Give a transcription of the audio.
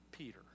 Peter